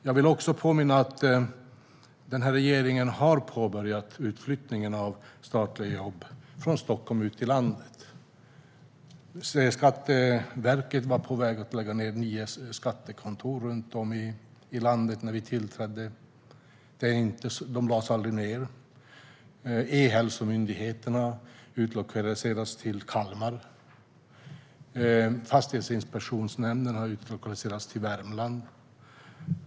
Jag vill påminna om att den här regeringen har påbörjat utflyttningen av statliga jobb från Stockholm ut till landet. Skatteverket var på väg att lägga ned nio skattekontor runt om i landet när vi tillträdde. De lades aldrig ned. E-hälsomyndigheten har utlokaliserats till Kalmar. Fastighetsinspektionsnämnden har utlokaliserats till Värmland.